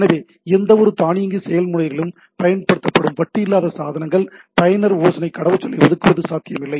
எனவே எந்தவொரு தானியங்கி செயல்முறையினாலும் பயன்படுத்தப்படும் வட்டு இல்லாத சாதனங்கள் பயனர் யோசனை கடவுச்சொல்லை ஒதுக்குவது சாத்தியமில்லை